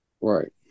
Right